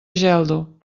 geldo